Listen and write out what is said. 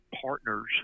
partners